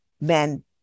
men